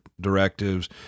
directives